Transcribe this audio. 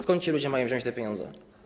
Skąd ci ludzie mają wziąć te pieniądze?